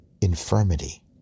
infirmity